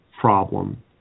problem